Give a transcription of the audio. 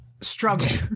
struggle